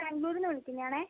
കണ്ണൂരിൽ നിന്ന് വിളിക്കുന്നതാണെ